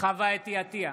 חוה אתי עטייה,